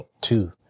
two